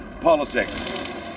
politics